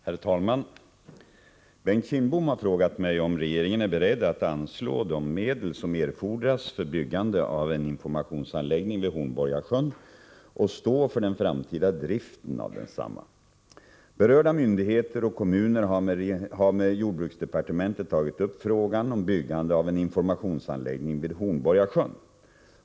Herr talman! Bengt Kindbom har frågat mig om regeringen är beredd att anslå de medel som erfordras för byggande av en informationsanläggning vid Hornborgasjön och stå för den framtida driften av densamma. Berörda myndigheter och kommuner har med jordbruksdepartementet tagit upp frågan om byggande av en informationsanläggning vid Hornborgasjön.